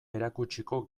erakutsiko